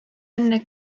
enne